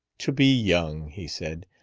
to be young! he said.